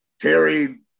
terry